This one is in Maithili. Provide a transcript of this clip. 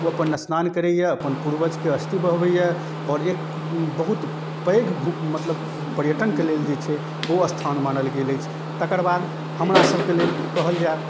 ओ अपन असनान करैए अपन पूर्वजके अस्थि बहबैए आओर एक बहुत पैघ घु मतलब पर्यटनके लेल जे छै ओ अस्थान मानल गेल अछि तकर बाद हमरासबके लेल कहल जाए